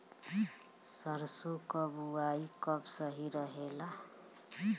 सरसों क बुवाई कब सही रहेला?